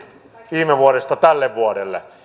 viime vuodesta tälle vuodelle